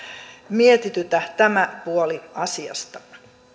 mietitytä tämä puoli asiasta